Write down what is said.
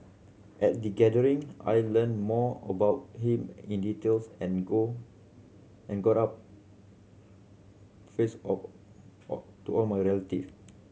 at the gathering I learnt more about him in details and go and got up face of all to my relative